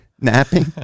napping